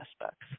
aspects